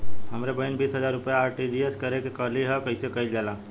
हमर बहिन बीस हजार रुपया आर.टी.जी.एस करे के कहली ह कईसे कईल जाला?